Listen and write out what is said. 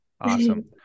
Awesome